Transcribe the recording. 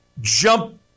jump